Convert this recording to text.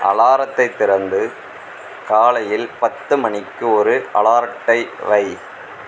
அலாரத்தை திறந்து காலையில் பத்து மணிக்கு ஒரு அலாரட்டை வை